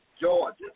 Georgia